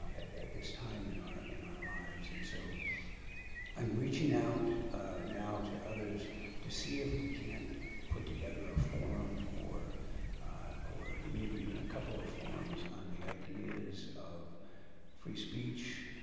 at this time in our in our lives and so i'm reaching out now to others to see if we can't put together a forum or or maybe even a couple of forums on the ideas of free speech,